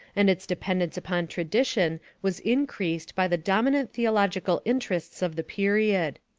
and its dependence upon tradition was increased by the dominant theological interests of the period.